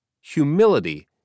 Humility